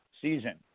season